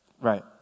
Right